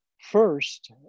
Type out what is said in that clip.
first